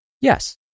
Yes